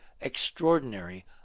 extraordinary